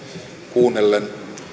kuunnellen